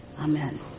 Amen